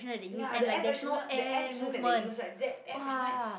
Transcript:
ya the air freshener the air freshener that they use right that air freshener